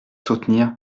soutenir